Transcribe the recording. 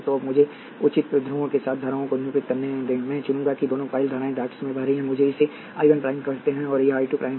तो अब मुझे उचित ध्रुवों के साथ धाराओं को निरूपित करने दें मैं चुनूंगा कि दोनों कॉइल धाराएं डॉट्स में बह रही हैं मुझे इसे I 1 प्राइम कहते हैं और यह I 2 प्राइम है